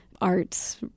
arts